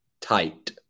tight